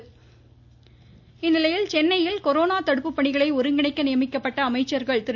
அமைச்சர்கள் ஆலோசனை சென்னையில் கொரோனா தடுப்பு பணிகளை ஒருங்கிணைக்க நியமிக்கப்பட்ட அமைச்சர்கள் திரு